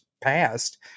passed